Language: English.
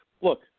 look